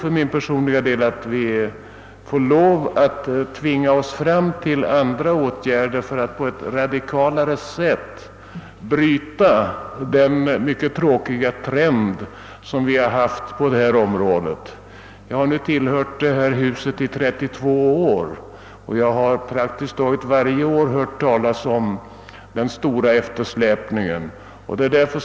För min personliga del tror jag att vi bör få fram också andra åtgärder för att på ett radikalare sätt bryta den mycket tråkiga trend som vi har haft på detta område. Jag har verkat i detta hus under 32 år och jag har praktiskt taget varje år fått höra talas om den stora eftersläpningen beträffande patentärenden.